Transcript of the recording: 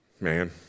Man